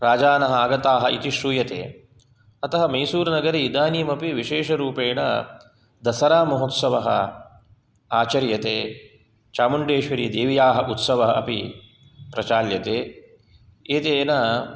राजानः आगताः इति श्रूयते अतः मैसूरुनगरे इदानीमपि विशेषरूपेण दसरामहोत्सवः आचर्यते चामुण्डेश्वरिदेव्याः उत्सवः अपि प्रचाल्यते एतेन